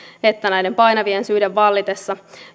että näiden painavien syiden vallitessa